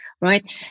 right